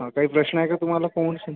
हा काही प्रश्न आहे का तुम्हाला कोविडचा